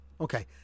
okay